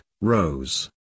Rose